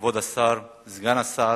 כבוד השר, סגן השר,